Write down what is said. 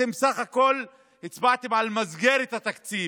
אתם בסך הכול הצבעתם על מסגרת התקציב,